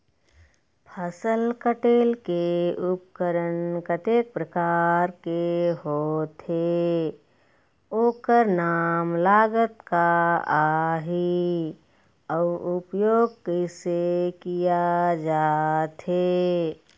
फसल कटेल के उपकरण कतेक प्रकार के होथे ओकर नाम लागत का आही अउ उपयोग कैसे किया जाथे?